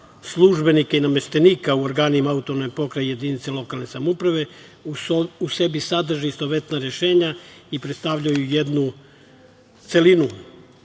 službenika i nameštenika u organima AP i jedinice lokalne samouprave, u sebi sadrže istovetna rešenja i predstavljaju jednu celinu. To